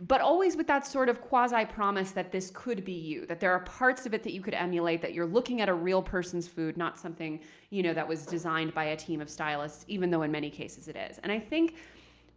but always with that sort of quasi-promise that this could be you, that there are parts of it that you could emulate, that you're looking at a real person's food, not something you know that was designed by a team of stylists, even though in many cases it is. and i think